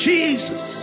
Jesus